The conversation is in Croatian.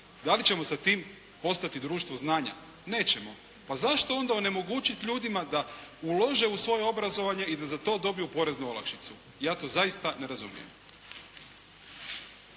Da li ćemo sa tim postati društvo znanja? Nećemo. Pa zašto onda onemogućiti ljudima da ulože u svoje obrazovanje i da za to dobiju poreznu olakšicu. Ja to zaista ne razumijem!